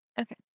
Okay